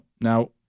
now